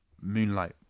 Moonlight